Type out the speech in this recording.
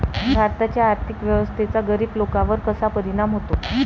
भारताच्या आर्थिक व्यवस्थेचा गरीब लोकांवर कसा परिणाम होतो?